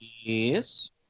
Yes